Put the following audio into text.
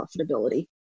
profitability